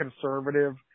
conservative